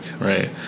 right